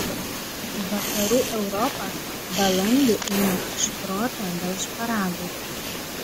vakarų europa balandį eina iš proto dėl šparagų